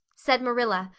said marilla,